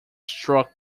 struck